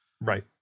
Right